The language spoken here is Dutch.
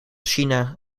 china